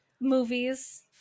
movies